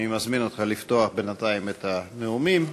אני מזמין אותך לפתוח בינתיים את הנאומים.